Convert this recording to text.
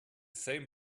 same